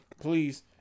Please